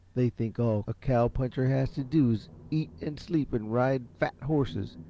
they think all a cow-puncher has to do is eat and sleep and ride fat horses.